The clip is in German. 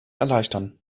erleichtern